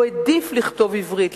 הוא העדיף לכתוב בעברית,